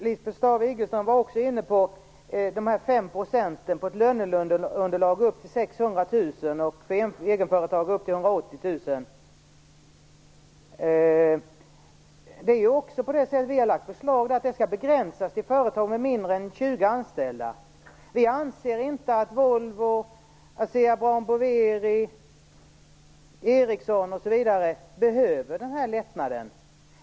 Lisbeth Staaf-Igelström var också inne på de här fem procenten på ett löneunderlag upp till 600 000 och på egenföretag upp till 180 000. Vi är också inne på det. Vi har lagt fram förslag om att detta skall begränsas till företag med mindre än 20 anställda. Vi anser inte att Volvo, Asea Brown Boveri, Ericsson m.fl. behöver denna lättnad.